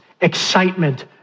excitement